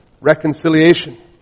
reconciliation